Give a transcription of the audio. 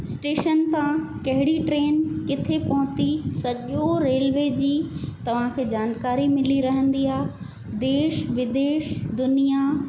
station तां कहिड़ी train किथे पोहती सॼो रेलवे जी तव्हांखे जानकारी मिली रहंदी आहे देश विदेश दुनिया